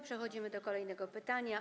Przechodzimy do kolejnego pytania.